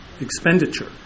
expenditure